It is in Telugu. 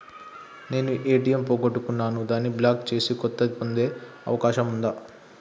నేను ఏ.టి.ఎం పోగొట్టుకున్నాను దాన్ని బ్లాక్ చేసి కొత్తది పొందే అవకాశం ఉందా?